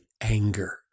anger